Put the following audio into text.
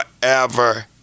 forever